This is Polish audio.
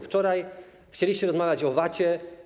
Wczoraj chcieliście rozmawiać o VAT.